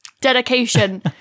dedication